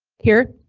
here.